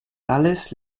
tales